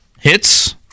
hits